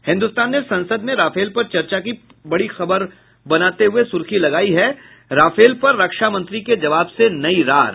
हिन्दुस्तान ने संसद में राफेल पर चर्चा को बड़ी खबर बनाते हुये सुर्खी लगायी है राफेल पर रक्षा मंत्री के जवाब से नई रार